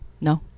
no